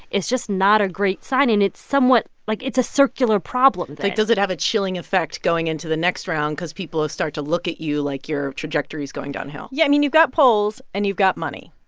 it's just not a great sign, and it's somewhat like, it's a circular problem then like, does it have a chilling effect going into the next round because people start to look at you like your trajectory is going downhill? yeah. i mean, you've got polls, and you've got money,